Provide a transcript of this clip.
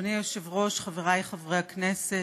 אדוני היושב-ראש, חבריי חברי הכנסת,